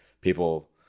people